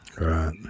Right